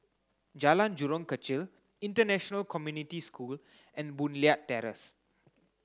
Jalan Jurong Kechil International Community School and Boon Leat Terrace